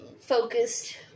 focused